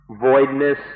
Voidness